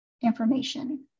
information